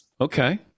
Okay